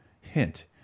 Hint